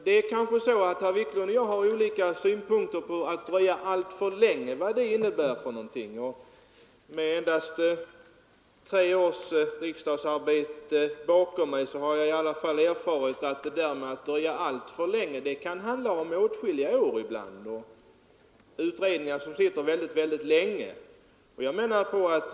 Herr Wiklund och jag har kanske olika synpunkter på vad som menas med ”inte alltför länge”. Med endast tre års riksdagsarbete bakom mig har jag i alla fall lärt mig att det där med ”inte alltför länge” kan handla om åtskilliga år — det finns utredningar som sitter väldigt länge.